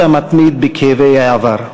לחיטוט המתמיד בכאבי העבר.